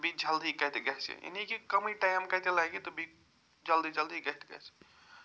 تہٕ بیٚیہِ جلدی کَتہِ گَژھِ یعنی کہِ کمٕے ٹایِم کَتہِ لَگہِ تہٕ بیٚیہِ جلدی جلدی کَتہِ گَژھِ